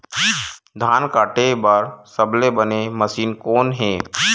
धान काटे बार सबले बने मशीन कोन हे?